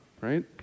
right